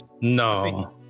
No